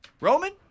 Roman